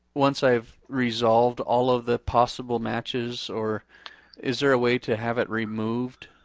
once i've resolved all of the possible matches? or is there a way to have it removed?